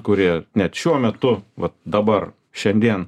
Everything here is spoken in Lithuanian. kurie net šiuo metu vat dabar šiandien